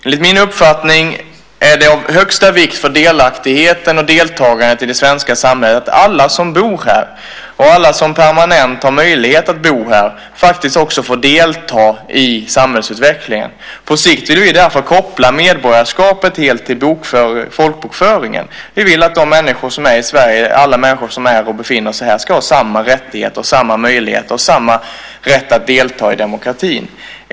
Enligt min uppfattning är det av högsta vikt för delaktigheten och deltagandet i det svenska samhället att alla som bor här och alla som permanent har möjlighet att bo här faktiskt också får delta i samhällsutvecklingen. På sikt vill vi därför koppla medborgarskapet helt till folkbokföringen. Vi vill att alla människor som befinner sig här ska ha samma rättigheter, samma möjligheter och samma rätt att delta i demokratin.